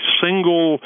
single